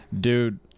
dude